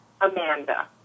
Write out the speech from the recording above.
Amanda